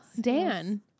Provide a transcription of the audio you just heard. Dan